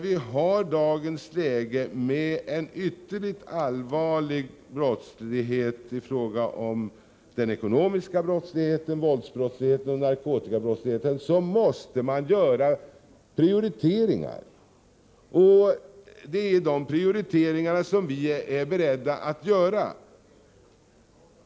I dagens läge med en ytterligt allvarlig ekonomisk brottslighet, våldsbrottslighet och narkotikabrottslighet måste man göra prioriteringar, och det är de prioriteringarna som vi är beredda att göra.